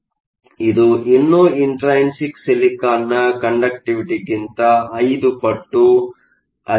ಆದರೆ ಇದು ಇನ್ನೂ ಇಂಟ್ರೈನ್ಸಿಕ್ ಸಿಲಿಕಾನ್ನ ಕಂಡಕ್ಟಿವಿಟಿಗಿಂತ 5 ಪಟ್ಟು ಅಧಿಕವಾಗಿರುತ್ತದೆ